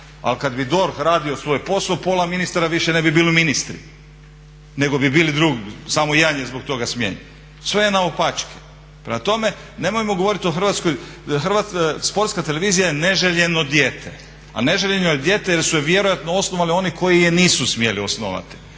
Ali kad bi DORH radio svoj posao pola ministara više ne bi bilo ministri nego bi bili drugdje. Samo jedan je zbog toga smijenjen. Sve je naopačke. Prema tome, nemojmo govoriti o hrvatskoj, Sportska televizija je neželjeno dijete, a neželjeno dijete je su je vjerojatno osnovali oni koji je nisu smjeli osnovati.